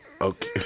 Okay